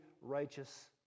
righteous